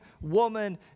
woman